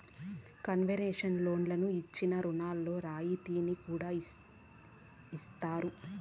concessional లోన్లు ఇచ్చిన రుణాల్లో రాయితీని కూడా ఇత్తారు